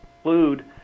include